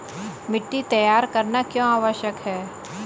मिट्टी तैयार करना क्यों आवश्यक है?